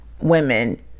women